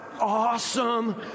Awesome